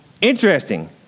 Interesting